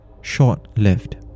short-lived